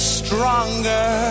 stronger